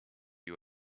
you